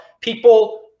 people –